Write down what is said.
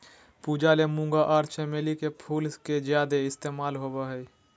पूजा ले मूंगा आर चमेली के फूल के ज्यादे इस्तमाल होबय हय